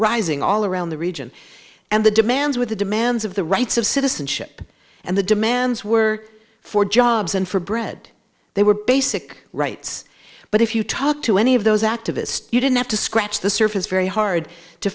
rising all around the region and the demands with the demands of the rights of citizenship and the demands were for jobs and for bread they were basic rights but if you talk to any of those activist you didn't have to scratch the surface very hard to